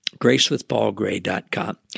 gracewithpaulgray.com